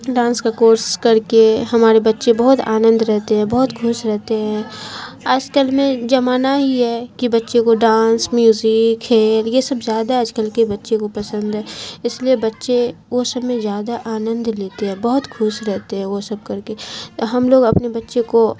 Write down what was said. dance کا course کر کے ہمارے بچے بہت آنند رہتے ہیں بہت خوش رہتے ہیں آج کل میں زمانہ ہی یہ ہے کہ بچے کو ڈانس میوزک کھیل یہ سب زیادہ آج کل کے بچے کو پسند ہے اس لیے بچے وہ سب میں زیادہ آنند لیتے ہیں بہت خوش رہتے ہیں وہ سب کر کے ہم لوگ اپنے بچے کو